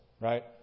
right